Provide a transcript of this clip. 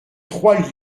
trois